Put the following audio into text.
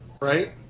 right